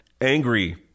Angry